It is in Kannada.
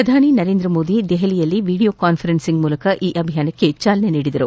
ಪ್ರಧಾನಿ ನರೇಂದ್ರಮೋದಿ ದೆಹಲಿಯಲ್ಲಿ ವಿಡಿಯೋ ಕಾನ್ಫರೆನ್ಲಿಂಗ್ ಮೂಲಕ ಈ ಅಭಿಯಾನಕ್ಕೆ ಜಾಲನೆ ನೀಡಿದರು